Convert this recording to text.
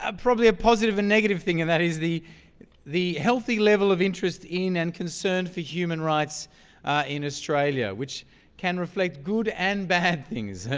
ah probably a positive and negative thing, and that is the healthy healthy level of interest in and concern for human rights in australia, which can reflect good and bad things.